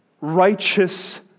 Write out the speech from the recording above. righteous